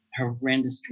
horrendously